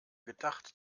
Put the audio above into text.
gedacht